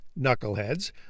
Knuckleheads